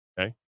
Okay